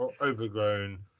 overgrown